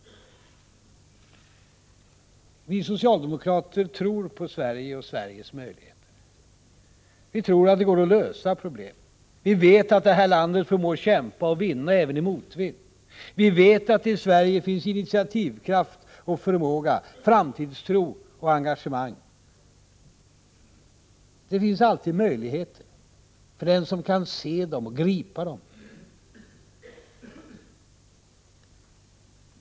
Vi socialdemokrater tror på Sverige och Sveriges möjligheter. Vi tror att det går att lösa problem. Vi vet att det här landet förmår kämpa och vinna — även i motvind. Vi vet att det i Sverige finns initiativkraft och förmåga, framtidstro och engagemang. Det finns alltid möjligheter — för den som kan se dem och gripa dem.